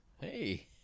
hey